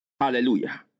Hallelujah